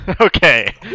Okay